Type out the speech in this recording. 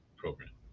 program